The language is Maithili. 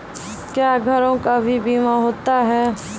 क्या घरों का भी बीमा होता हैं?